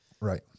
right